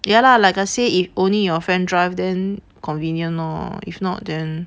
ya lah like I say if only your friend drive then convenient lor if not then